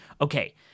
Okay